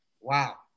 Wow